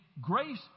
grace